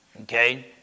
Okay